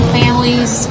families